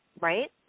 right